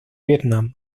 vietnam